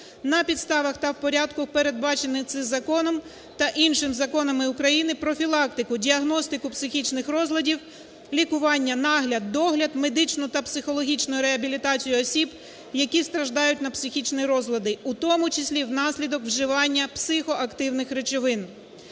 на підставах та в порядку, передбачених цим законом, та іншими законами України, профілактику, діагностику психічних розладів, лікування, нагляд, догляд, медичну та психологічну реабілітацію осіб, які страждають на психічні розлади, у тому числі внаслідок вживання психоактивних речовин".